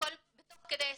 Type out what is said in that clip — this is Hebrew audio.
הכל בתוך כדי הסכמים.